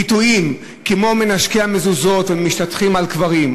ביטויים כמו "מנשקי המזוזות" ו"משתטחים על קברים",